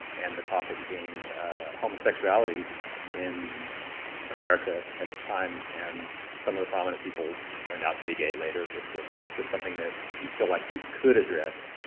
and the topic being homosexuality in america at the time. and some of the prominent people turned out to be gay later, this sort of thing. was this something that you feel like you could address,